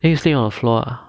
then you sleep on the floor ah